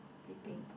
sleeping